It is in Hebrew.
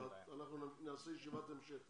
אנחנו נעשה ישיבת המשך.